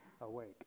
Awake